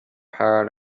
heard